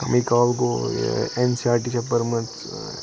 کَمٕے کال گوٚو ایٚن سی آر ٹی چھِ پٔرمٕژ